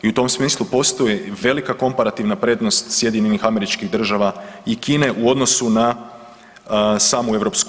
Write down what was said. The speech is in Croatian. I u tom smislu postoji velika komparativna prednost SAD-a i Kine u odnosu na samu EU.